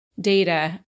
data